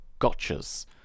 gotchas